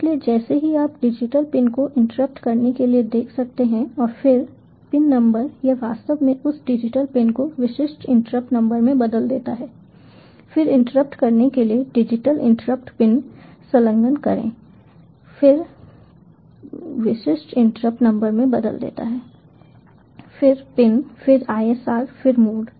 इसलिए जैसा कि आप डिजिटल पिन को इंटरप्ट करने के लिए देख सकते हैं और फिर पिन नंबर यह वास्तव में उस डिजिटल पिन को विशिष्ट इंटरप्ट नंबर में बदल देता है फिर इंटरप्ट करने के लिए डिजिटल इंटरप्ट पिन संलग्न करें फिर पिन फिर ISR फिर मोड